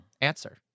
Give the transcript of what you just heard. Answer